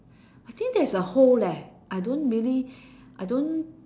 I think there's a hole leh I don't really I don't